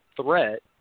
threat